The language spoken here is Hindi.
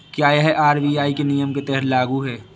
क्या यह आर.बी.आई के नियम के तहत लागू है?